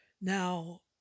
Now